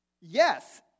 Yes